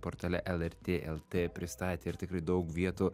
portale lrt lt pristatė ir tikrai daug vietų